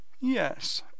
yes